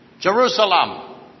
Jerusalem